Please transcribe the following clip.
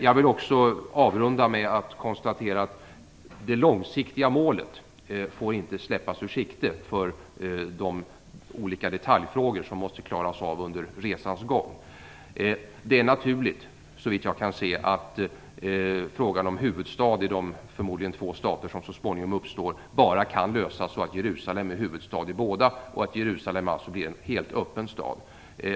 Jag vill avrunda med att konstatera att det långsiktiga målet inte får släppas ur sikte för de olika detaljfrågor som måste klaras av under resans gång. Det är såvitt jag kan se naturligt att frågan om huvudstad i de förmodligen två stater som så småningom uppstår bara kan lösas så att Jerusalem är huvudstad i båda, dvs. att Jerusalem alltså blir en helt öppen stad.